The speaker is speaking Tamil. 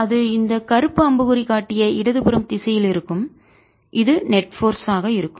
அது இந்த கருப்பு அம்புக்குறி காட்டிய இடதுபுறம் திசையில் இருக்கும் இது நெட் போர்ஸ் நிகர சக்தியாக ஆக இருக்கும்